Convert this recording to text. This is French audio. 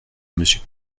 monsieur